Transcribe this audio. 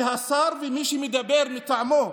השר ומי שמדבר מטעמו,